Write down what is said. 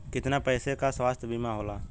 कितना पैसे का स्वास्थ्य बीमा होला?